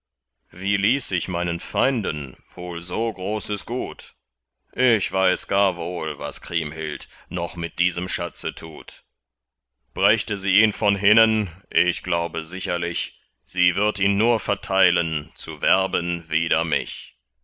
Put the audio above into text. wie ließ ich meinen feinden wohl so großes gut ich weiß gar wohl was kriemhild noch mit diesem schatze tut brächte sie ihn von hinnen ich glaube sicherlich sie würd ihn nur verteilen zu werben wider mich